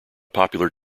popular